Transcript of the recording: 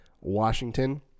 Washington